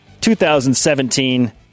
2017